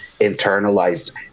internalized